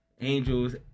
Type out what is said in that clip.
angels